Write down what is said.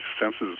senses